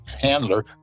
handler